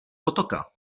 potoka